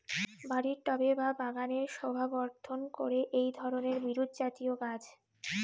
বাড়ির টবে বা বাগানের শোভাবর্ধন করে এই ধরণের বিরুৎজাতীয় গাছ